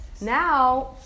Now